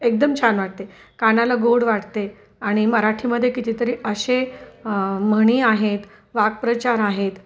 एकदम छान वाटते कानाला गोड वाटते आणि मराठीमध्ये कितीतरी असे म्हणी आहेत वाकप्रचार आहेत